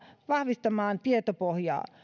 vahvistamaan tietopohjaa